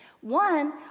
One